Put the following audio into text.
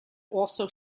also